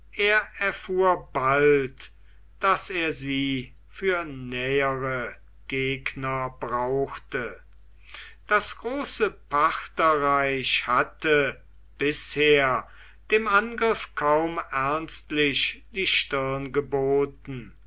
er erfuhr bald daß er sie für nähere gegner brauchte das große partherreich hatte bisher dem angriff kaum ernstlich die stirn geboten